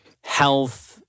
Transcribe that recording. health